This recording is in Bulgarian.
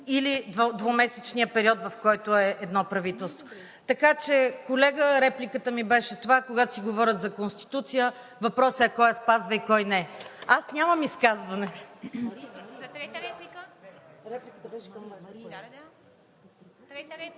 или двумесечния период, в който е едно правителство. Така че, колега, репликата ми беше това – когато си говорят за Конституция, въпросът е кой я спазва и кой не. Аз нямам изказване. ПРЕДСЕДАТЕЛ ИВА МИТЕВА: Трета реплика?